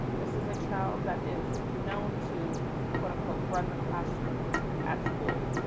this is a child that is known to quote unquote, run the classroom at school.